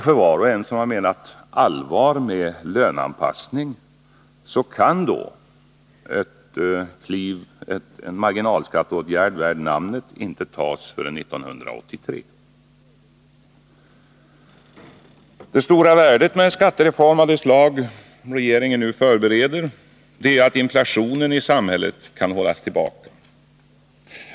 För var och en som har menat allvar med löneanpassning kan en marginalskatteåtgärd värd namnet inte vidtas förrän 1983. Det stora värdet med en skattereform av det slag regeringen nu förbereder är att inflationen i samhället kan hållas tillbaka.